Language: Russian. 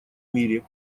мире